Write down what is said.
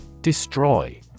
Destroy